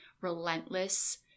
relentless